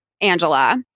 Angela